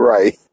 Right